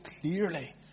clearly